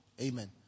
Amen